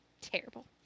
Terrible